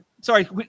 sorry